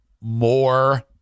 more